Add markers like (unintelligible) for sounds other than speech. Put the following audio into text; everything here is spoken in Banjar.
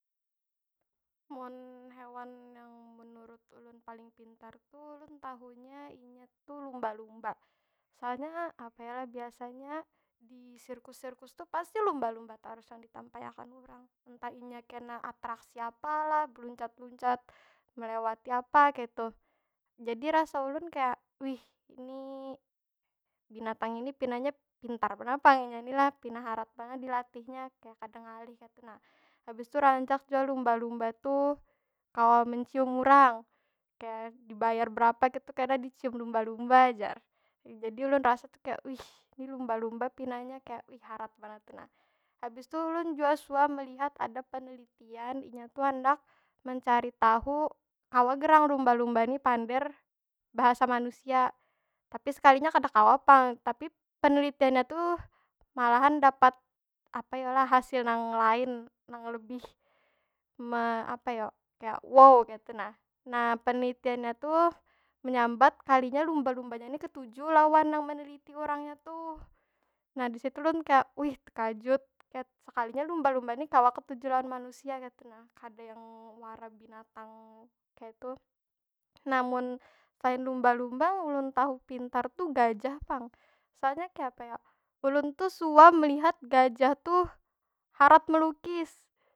Mun hewan yang menurut ulun paling pintar tu, ulun tahunya inya tu lumba- lumba. Soalnya, apa yo lah? Biasanya, di sirkus- sirkus tu pasti lumba- lumba tarus yang ditampaiakan urang. Entah inya kena atraksi apalah, beluncat- luncat melewati apa? Kaytu. Jadi rasa ulun kaya, wih ni binatang ini pinanya pintar banar pang inya ni lah. Pina harat banar dilatihnya. Kaya kada ngalih kaytu nah. Habis tu rancak jua lumba- lumba tuh kawa mencium urang. Kaya dibayar berapa kaytu, kena dicium lumba- lumba jar. Jadi ulun rasa tu kaya, wih ni lumba- lumba kaya harat banar tu nah. Habis tu, ulun jua suah melihat ada penelitian, inya tu handak mencari tahu apa gerang lumba- lumba ni pander bahasa manusia? Tapi sekalinya kada kawa pang. Tapi, penelitiannya tuh malahan dapat apa yo lah? Hasil nang lain, nang lebih ma apa yo kaya wow kaytu nah. Nah, penelitiannya tu menyambat kalinya lumba- lumbanya ni ketuju lawan nang meneliti urang nya tuh. Nah disitu ulun kaya, wih tekajut kat (unintelligible) sekalinya lumba- lumba nih kawa ketuju lawan manusia kaytu nah. Kada yang wara binatang kaytu. Nah, mun selain lumba- lumba nang ulun tahu pintar tu gajah pang. Soalnya kayapa yo? Ulun suah melihat gajah tuh, harat melukis.